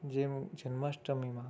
જેમ જન્માષ્ટમીમાં